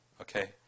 okay